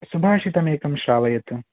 सुभाषितमेकं श्रावयतु